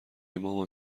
مامان